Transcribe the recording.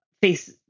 face